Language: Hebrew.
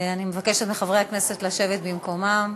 אני מבקשת מחברי הכנסת לשבת במקומם.